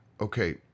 okay